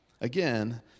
Again